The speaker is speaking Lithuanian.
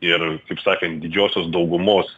ir taip sakant didžiosios daugumos